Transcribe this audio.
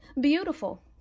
Beautiful